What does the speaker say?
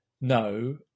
no